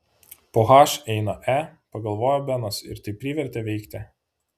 po h eina e pagalvojo benas ir tai privertė veikti